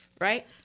Right